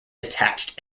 attached